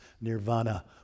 nirvana